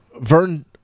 Vern